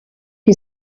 who